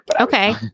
Okay